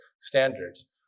standards